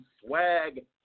Swag